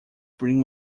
bring